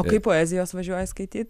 o kai poezijos važiuoji skaityti